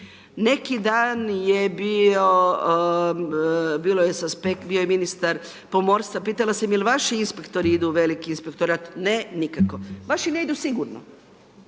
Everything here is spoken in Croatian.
Neki dan bio je ministar pomorstva, pitala sam je li vaši inspektori idu u veliki inspektorat. Ne nikako, vaši ne idu sigurno.